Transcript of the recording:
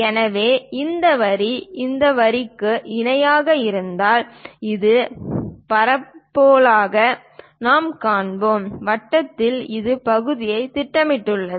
எனவே இந்த வரி இந்த வரி இணையாக இருந்தால் ஒரு பரபோலாவாக நாம் காணும் வட்டத்தில் இந்த பகுதியை திட்டமிடப்பட்டுள்ளது